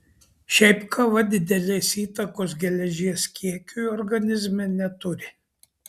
šiaip kava didelės įtakos geležies kiekiui organizme neturi